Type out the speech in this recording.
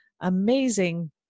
amazing